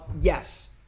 Yes